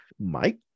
mike